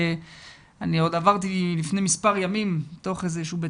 אני עברתי לפני מספר ימים ובתוך איזה שהוא בית